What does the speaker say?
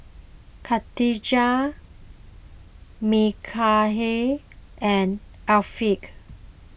Katijah Mikhail and Afiq